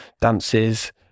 dances